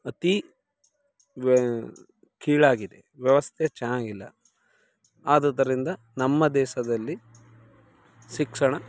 ಅತೀ ವ ಕೀಳಾಗಿದೆ ವ್ಯವಸ್ಥೆ ಚೆನ್ನಾಗಿಲ್ಲ ಆದುದ್ದರಿಂದ ನಮ್ಮ ದೇಶದಲ್ಲಿ ಶಿಕ್ಷಣ